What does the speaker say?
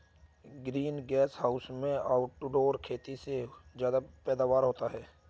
green gas house में outdoor खेती से ज्यादा पैदावार होता है